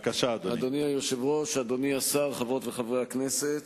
אדוני היושב-ראש, אדוני השר, חברות וחברי הכנסת,